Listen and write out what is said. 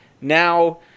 Now